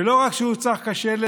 ולא רק שהוא צח כשלג,